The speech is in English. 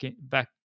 back